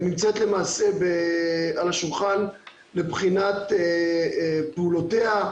ונמצאת למעשה על השולחן לבחינת פעולותיה,